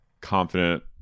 confident